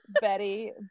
betty